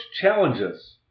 challenges